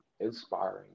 inspiring